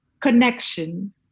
connection